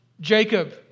Jacob